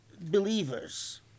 believers